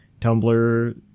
Tumblr